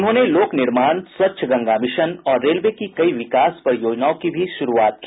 उन्होंने लोक निर्माण स्वच्छ गंगा मिशन और रेलवे की कई विकास परियोजनाओं की शुरूआत भी की